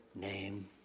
name